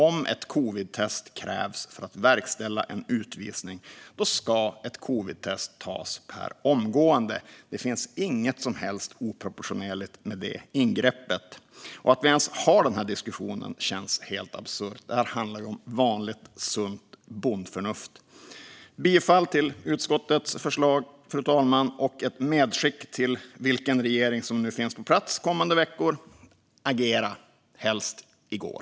Om ett covidtest krävs för att verkställa en utvisning, då ska ett covidtest tas per omgående. Det finns inget som helst oproportionerligt med det ingreppet. Att vi ens har den här diskussionen känns helt absurt. Det här handlar om vanligt, sunt bondförnuft. Jag yrkar bifall till utskottets förslag, fru talman. Jag vill också göra ett medskick till vilken regering som nu finns på plats under kommande veckor: Agera - helst i går!